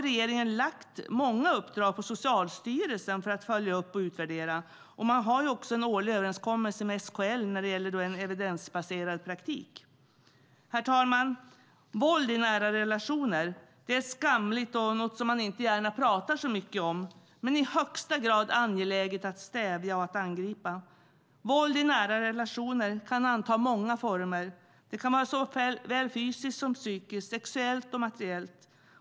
Regeringen har lagt många uppdrag på Socialstyrelsen för att följa upp och utvärdera. Man har också en årlig överenskommelse med SKL när det gäller en evidensbaserad praktik. Herr talman! Våld i nära relationer är skamligt och något som man inte gärna pratar så mycket om. Men det är i högsta grad angeläget att stävja och att angripa. Våld i nära relationer kan anta många former. Det kan vara såväl fysiskt som psykiskt, sexuellt och materiellt.